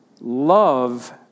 love